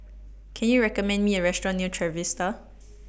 Can YOU recommend Me A Restaurant near Trevista